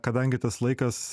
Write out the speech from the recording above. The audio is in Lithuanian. o kadangi tas laikas